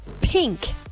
Pink